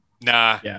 Nah